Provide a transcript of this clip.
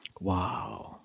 Wow